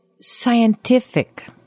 scientific